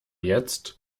jetzt